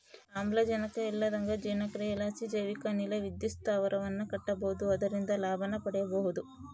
ಆಮ್ಲಜನಕ ಇಲ್ಲಂದಗ ಜೀರ್ಣಕ್ರಿಯಿಲಾಸಿ ಜೈವಿಕ ಅನಿಲ ವಿದ್ಯುತ್ ಸ್ಥಾವರವನ್ನ ಕಟ್ಟಬೊದು ಅದರಿಂದ ಲಾಭನ ಮಾಡಬೊಹುದು